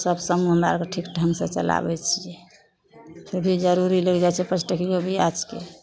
सब समूह हमरा आओरके ठीक ढङ्गसे चलाबै छिए कभी जरूरी लागि जाइ छै पँचटकिओ बिआजके